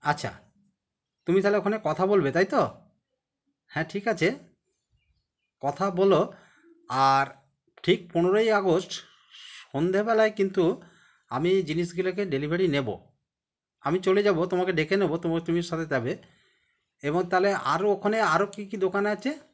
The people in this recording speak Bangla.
আচ্ছা তুমি তাহলে ওখানে কথা বলবে তাই তো হ্যাঁ ঠিক আছে কথা বোলো আর ঠিক পনেরোই আগস্ট সন্ধেবেলায় কিন্তু আমি জিনিসগুলোকে ডেলিভারি নেব আমি চলে যাব তোমাকে ডেকে নেব তবুও তুমি সাথে যাবে এবং তাহলে আরো ওখানে আরো কী কী দোকান আছে